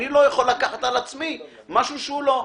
אני לא יכול לקחת על עצמי משהו שהוא לא.